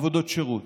עבודות שירות,